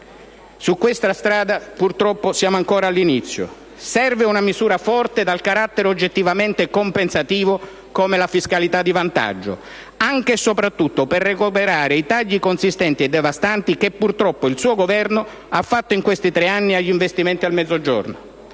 Su questa strada, purtroppo, siamo ancora all'inizio. Serve una misura forte dal carattere oggettivamente compensativo come la fiscalità di vantaggio, anche e soprattutto per recuperare i tagli consistenti e devastanti che, purtroppo, il suo Governo ha fatto in questi tre anni agli investimenti per il Mezzogiorno.